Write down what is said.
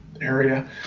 area